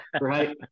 right